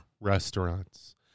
restaurants